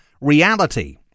reality